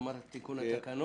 לאחר שנסיים את תיקון התקנות,